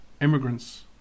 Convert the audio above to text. immigrants